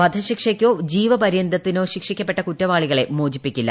വധശിക്ഷയ്ക്കൊ ജീവപര്യന്ത ത്തിനോ ശിക്ഷിക്കപ്പെട്ട കുറ്റവാളികളെ മോചിപ്പിക്കില്ല